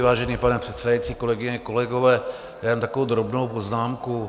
Vážený pane předsedající, kolegyně, kolegové, jenom takovou drobnou poznámku.